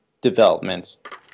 development